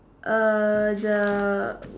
err the